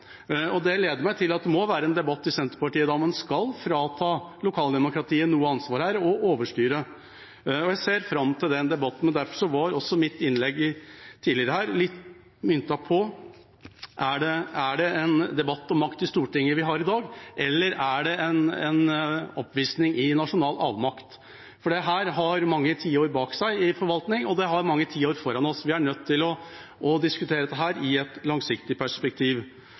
Det leder meg til at det må være en debatt i Senterpartiet om å skulle frata lokaldemokratiet noe ansvar og overstyre det. Jeg ser fram til den debatten. Derfor var også mitt innlegg tidligere myntet på følgende: Er det en debatt om makt i Stortinget vi har i dag, eller er det en oppvisning i nasjonal avmakt? Dette har vi hatt i forvaltningen i mange tiår, og vi vil ha det i mange tiår framover – vi er nødt til å diskutere det i et langsiktig perspektiv.